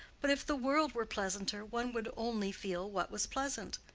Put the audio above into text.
but if the world were pleasanter, one would only feel what was pleasant.